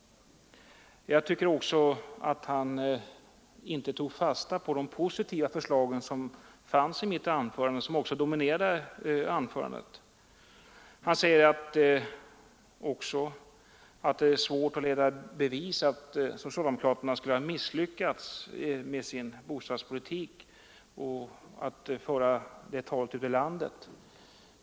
Jag tycker också att herr Blomkvist inte tog fasta på de positiva förslag som fanns i mitt anförande och som dominerade det. Han säger att det är svårt att leda i bevis att socialdemokraterna skulle ha misslyckats med sin bostadspolitik — och föra det talet ute i landet.